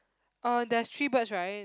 uh there's three birds right